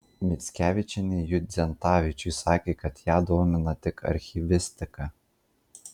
mickevičienė judzentavičiui sakė kad ją domina tik archyvistika